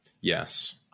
Yes